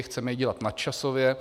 Chceme ji dělat nadčasově.